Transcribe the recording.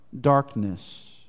darkness